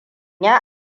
ya